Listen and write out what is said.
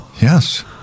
Yes